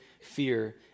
fear